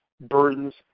burdens